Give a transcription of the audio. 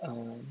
uh